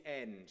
end